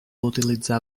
utilitzar